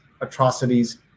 atrocities